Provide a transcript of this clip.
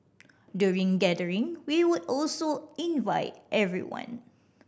during gathering we would also invite everyone